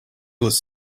was